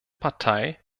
partei